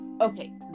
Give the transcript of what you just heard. okay